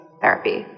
therapy